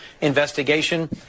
investigation